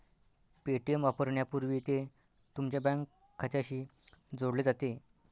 Paytm वापरण्यापूर्वी ते तुमच्या बँक खात्याशी जोडले जाते